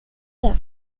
theft